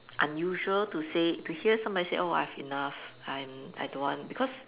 unusual to say to hear somebody say oh I have enough I'm I don't want because